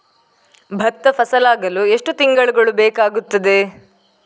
ಭತ್ತ ಫಸಲಾಗಳು ಎಷ್ಟು ತಿಂಗಳುಗಳು ಬೇಕಾಗುತ್ತದೆ?